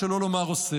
שלא לומר אוסרת.